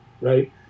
right